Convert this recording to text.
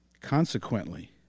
Consequently